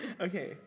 Okay